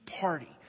party